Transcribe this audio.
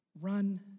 run